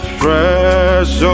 fresh